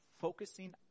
focusing